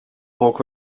rock